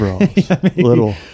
Little